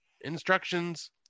instructions